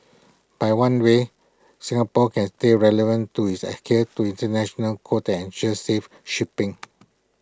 by one way Singapore can stay relevant to his adhere to International codes that ensure safe shipping